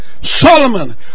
Solomon